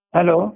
Hello